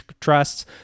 trusts